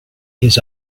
his